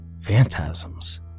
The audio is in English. Phantasms